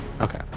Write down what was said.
Okay